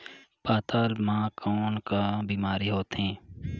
पातल म कौन का बीमारी होथे?